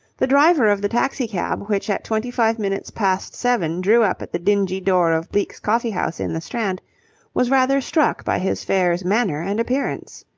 the driver of the taxi-cab which at twenty-five minutes past seven drew up at the dingy door of bleke's coffee house in the strand was rather struck by his fare's manner and appearance.